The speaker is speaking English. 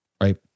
Right